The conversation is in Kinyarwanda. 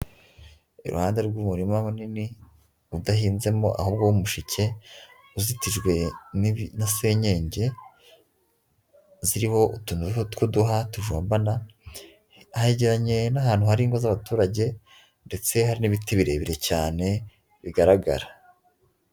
Iruhande rw'umurima munini udahinzemo ahubwo w'umushike, uzitijwe na senyenge ziriho utuntu nk'utw'uduhwa tujombana, hegeranye n'ahantu hari ingo z'abaturage, ndetse hari n'ibiti birebire cyane bigaragara.